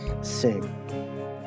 sing